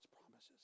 promises